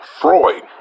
freud